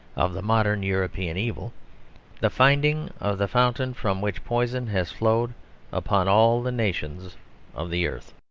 of the modern european evil the finding of the fountain from which poison has flowed upon all the nations of the earth.